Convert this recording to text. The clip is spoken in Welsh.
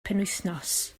penwythnos